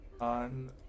on